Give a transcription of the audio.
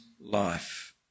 life